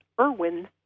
Irwin